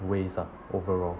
waste ah overall